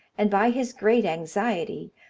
and by his great anxiety,